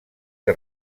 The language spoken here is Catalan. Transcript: que